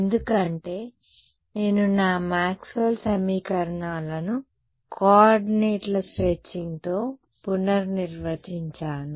ఎందుకంటే నేను నా మాక్స్వెల్ సమీకరణాలను కోఆర్డినేట్ల స్ట్రెచింగ్తో పునర్నిర్వచించాను